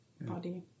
body